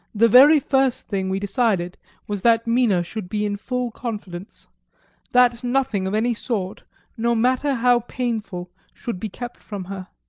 the very first thing we decided was that mina should be in full confidence that nothing of any sort no matter how painful should be kept from her.